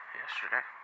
yesterday